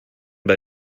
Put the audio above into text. bei